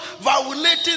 violating